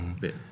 bit